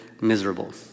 miserable